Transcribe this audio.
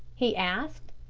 he asked.